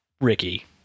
Ricky